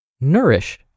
Nourish